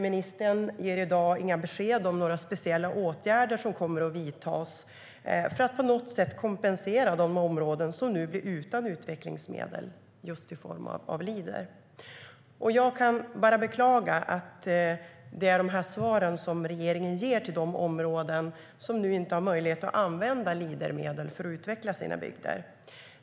Ministern ger i dag inga besked om några speciella åtgärder som kommer att vidtas för att på något sätt kompensera de områden som nu blir utan utvecklingsmedel i form av Leader. Jag kan bara beklaga de svar som regeringen ger till de områden som nu inte har möjlighet att använda Leadermedel för att utveckla sina bygder.